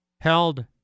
Held